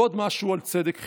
ועוד משהו על צדק חברתי.